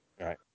Right